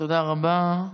תודה רבה.